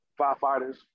firefighters